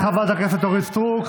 תודה רבה לחברת הכנסת אורית סטרוק.